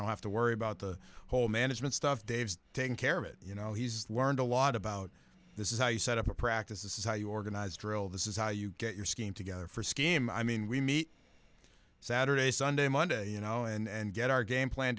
don't have to worry about the whole management stuff dave's taken care of it you know he's learned a lot about this is how you set up a practice this is how you organize drill this is how you get your scheme together for scheme i mean we meet saturday sunday monday you know and get our game plan